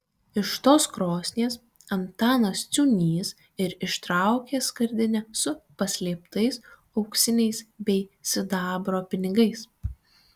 iš tos krosnies antanas ciūnys ir ištraukė skardinę su paslėptais auksiniais bei sidabro pinigais